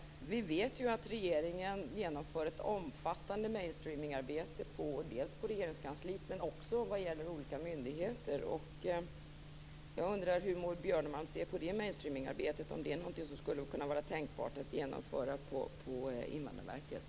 Vi vet att regeringen genomför ett omfattande mainstreaming-arbete i Regeringskansliet men också vad gäller olika myndigheter. Jag undrar hur Maud Björnemalm ser på det mainstreaming-arbetet. Är det något som skulle vara tänkbart att genomföra på Invandrarverket?